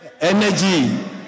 Energy